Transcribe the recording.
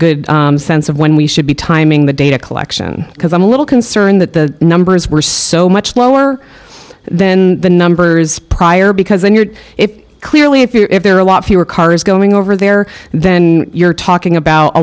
good sense of when we should be timing the data collection because i'm a little concerned that the numbers were so much lower than the numbers prior because when you're if clearly if you're if there are a lot fewer cars going over there then you're talking about a